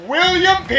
William